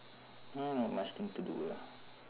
now not much thing to do ah